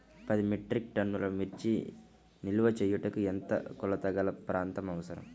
పది మెట్రిక్ టన్నుల మిర్చి నిల్వ చేయుటకు ఎంత కోలతగల ప్రాంతం అవసరం?